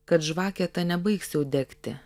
kad žvakė ta nebaigs jau degti